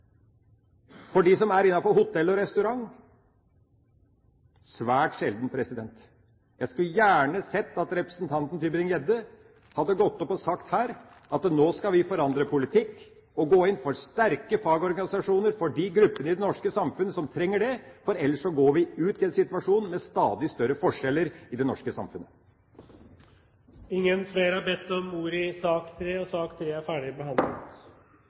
for dem som er innenfor hotell- og restaurantbransjen? Svært sjelden. Jeg skulle gjerne sett at representanten Tybring-Gjedde hadde gått opp og sagt her at nå skal vi forandre politikk og gå inn for sterke fagorganisasjoner for de gruppene i det norske samfunnet som trenger det, for ellers får vi en situasjon med stadig større forskjeller i det norske samfunnet. Flere har ikke bedt om ordet til sak nr. 3. Det er en litt annerledes sak vi skal behandle nå. Det er